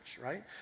right